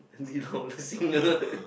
Andy-Lau the singer